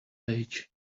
page